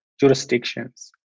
jurisdictions